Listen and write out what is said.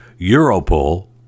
Europol